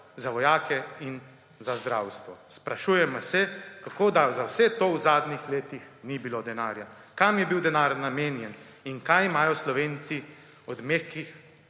za vojake in za zdravstvo. Sprašujemo se, kako da za vse to v zadnjih letih ni bilo denarja. Kam je bil denar namenjen in kaj imajo Slovenci od mehkih